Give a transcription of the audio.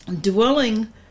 dwelling